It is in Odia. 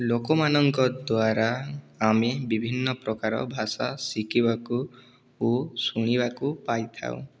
ଲୋକମାନଙ୍କ ଦ୍ୱାରା ଆମେ ବିଭିନ୍ନ ପ୍ରକାର ଭାଷା ଶିଖିବାକୁ ଓ ଶୁଣିବାକୁ ପାଇଥାଉ